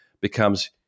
becomes